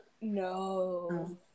No